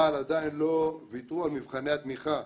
אבל עדיין לא ויתרו על מבחני התמיכה.